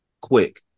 quick